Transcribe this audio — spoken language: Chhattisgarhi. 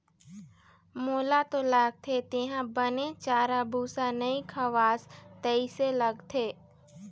मोला तो लगथे तेंहा बने चारा भूसा नइ खवास तइसे लगथे